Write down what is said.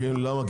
למה?